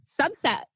subset